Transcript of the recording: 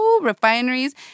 refineries